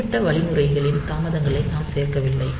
தனிப்பட்ட வழிமுறைகளின் தாமதங்களை நாம் சேர்க்கவில்லை